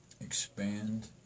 expand